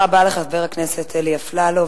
תודה רבה לחבר הכנסת אלי אפללו.